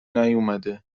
نیومده